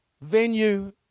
venue